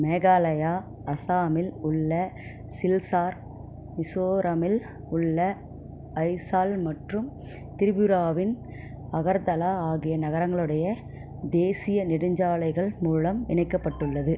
மேகாலயா அசாமில் உள்ள சில்சார் மிசோரமில் உள்ள அய்சால் மற்றும் திரிபுராவின் அகர்தலா ஆகிய நகரங்களுடைய தேசிய நெடுஞ்சாலைகள் மூலம் இணைக்கப்பட்டுள்ளது